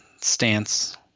stance